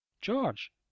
George